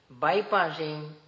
bypassing